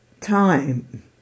time